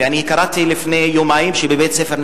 ואני קראתי לפני יומיים שבבית-ספר,